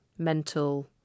mental